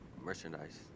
merchandise